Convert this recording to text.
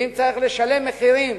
ואם צריך לשלם מחירים